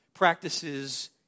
Practices